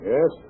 Yes